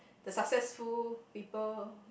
the successful people